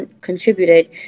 contributed